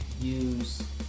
use